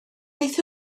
beth